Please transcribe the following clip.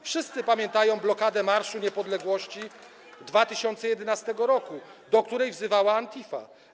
Wszyscy pamiętają blokadę Marszu Niepodległości w 2011 r., do której wzywała Antifa.